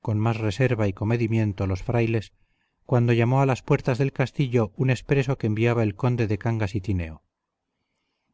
con más reserva y comedimiento los frailes cuando llamó a las puertas del castillo un expreso que enviaba el conde de cangas y tineo